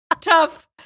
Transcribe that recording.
tough